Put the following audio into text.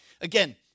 Again